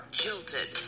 jilted